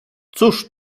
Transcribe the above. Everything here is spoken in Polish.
cóż